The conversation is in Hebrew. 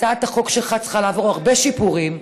הצעת החוק שלך צריכה לעבור הרבה שיפורים,